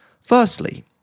Firstly